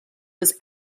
was